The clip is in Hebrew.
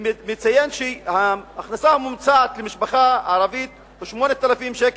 הוא מציין שההכנסה הממוצעת של משפחה ערבית היא 8,000 שקלים,